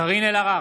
קארין אלהרר,